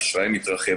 האשראי מתרחב.